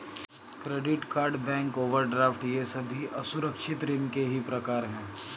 credit card bank overdraft ये सभी असुरक्षित ऋण के ही प्रकार है